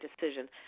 decision